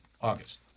August